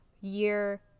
year